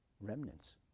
remnants